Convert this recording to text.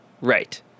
Right